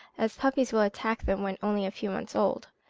as puppies will attack them when only a few months old,